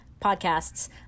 podcasts